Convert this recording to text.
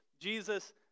Jesus